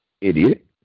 idiot